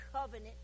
Covenant